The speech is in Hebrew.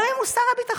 גם אם הוא שר הביטחון?